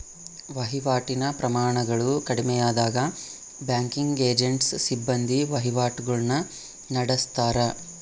ವಹಿವಾಟಿನ ಪ್ರಮಾಣಗಳು ಕಡಿಮೆಯಾದಾಗ ಬ್ಯಾಂಕಿಂಗ್ ಏಜೆಂಟ್ನ ಸಿಬ್ಬಂದಿ ವಹಿವಾಟುಗುಳ್ನ ನಡತ್ತಾರ